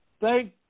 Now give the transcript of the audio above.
thank